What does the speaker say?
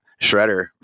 Shredder